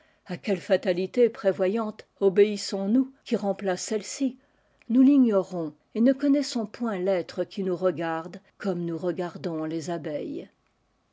a quelle fatalité prévoyante obéissons nous qui remplace celle-ci nous l'ignorons et ne connaissons point l'être qui nous regarde comme nous regardons les abeilles